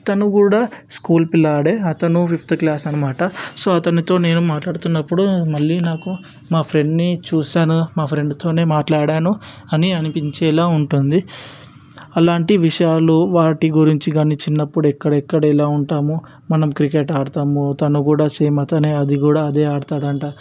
తను కూడా స్కూల్ పిల్లాడే అతను ఫిఫ్త్ క్లాస్ అన్నమాట సో అతనితో నేను మాట్లాడుతూ ఉన్నప్పుడు మళ్ళీ నాకు మా ఫ్రెండ్ని చూసాను మా ఫ్రెండ్తోనే మాట్లాడాను అని అనిపించేలా ఉంటుంది అలాంటి విషయాలు వాటి గురించి కానీ చిన్నప్పుడు ఎక్కడెక్కడ ఎలా ఉంటామో మనం క్రికెట్ ఆడతాము తను కూడా సేమ్ అతనే అది కూడా అదే ఆడతాడంట